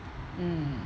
mm